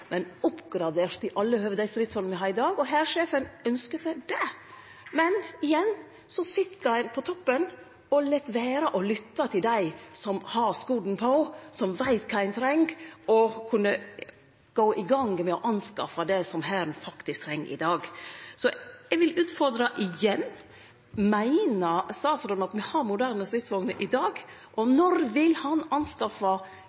i alle høve oppgradert dei stridsvognene me har i dag, og hærsjefen ønskjer seg det. Men igjen sit ein på toppen og lèt vere å lytte til dei som har skorne på, som veit kva ein treng, og som kan gå i gang med å skaffe det som Hæren faktisk treng i dag. Eg vil utfordre igjen: Meiner statsråden at me har moderne stridsvogner i dag, og